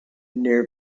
near